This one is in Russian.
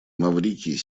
маврикий